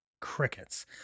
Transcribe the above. Crickets